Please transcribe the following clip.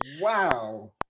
wow